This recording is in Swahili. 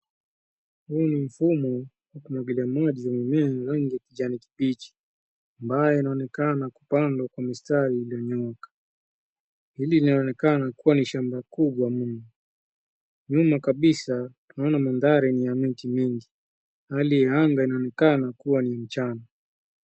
Huu ni mfumo wa umwagilia maji mimea wa rangi ya kijani kibichi ambayo inaonekana kupandwa kwa mistari yanyooka. Hili inaonekana kuwa ni shamba kubwa mno. Nyuma kabisa tunaona mandhari yenye miti mingi. Hali ya anga inaonekana kuwa ni mchana.